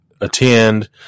attend